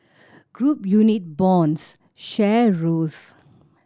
group unit bonds share rose